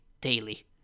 daily